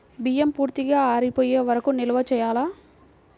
బియ్యం పూర్తిగా ఆరిపోయే వరకు నిల్వ చేయాలా?